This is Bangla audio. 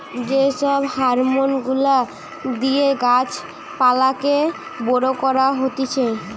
যে সব হরমোন গুলা দিয়ে গাছ পালাকে বড় করা হতিছে